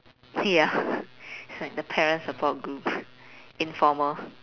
ya it's like the parents support group informal